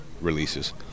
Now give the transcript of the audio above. releases